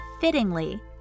Fittingly